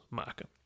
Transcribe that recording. maken